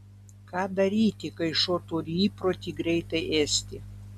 ką daryti kai šuo turi įprotį greitai ėsti